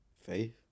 Faith